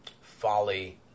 folly